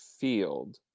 field